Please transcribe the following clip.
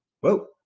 Whoa